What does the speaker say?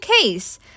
case